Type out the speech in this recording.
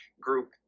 group